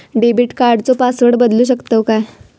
Debit कार्डचो password बदलु शकतव काय?